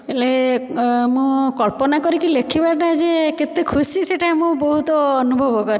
ହେଲେ ମୁଁ କଳ୍ପନା କରିକି ଲେଖିବାଟା ଯେ କେତେ ଖୁସି ସେଇଟା ମୁଁ ବହୁତ ଅନୁଭବ କରେ